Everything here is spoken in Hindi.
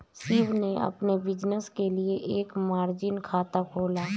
शिव ने अपने बिज़नेस के लिए एक मार्जिन खाता खोला